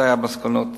אלה היו המסקנות אז.